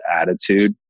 attitude